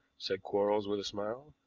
said quarles with a smile.